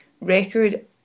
record